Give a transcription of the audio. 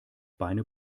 beine